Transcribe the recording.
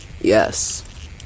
Yes